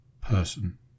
person